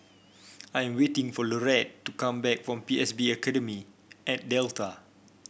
I'm waiting for Laurette to come back from P S B Academy at Delta